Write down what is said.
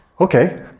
Okay